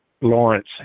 Lawrence